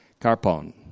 Carpon